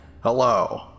Hello